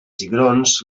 cigrons